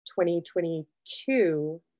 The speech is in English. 2022